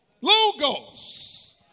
Logos